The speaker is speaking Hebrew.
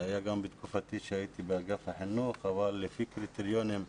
זה היה גם בתקופתי כשהייתי באגף החינוך אבל לפי קריטריונים.